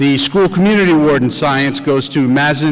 the school community word and science goes to ma